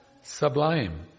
sublime